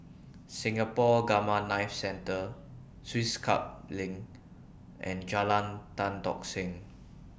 Singapore Gamma Knife Centre Swiss Club LINK and Jalan Tan Tock Seng